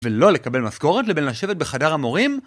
ולא לקבל משכורת, לבין לשבת בחדר המורים?